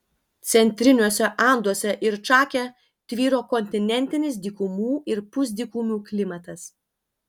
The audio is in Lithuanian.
centriniuose anduose ir čake tvyro kontinentinis dykumų ir pusdykumių klimatas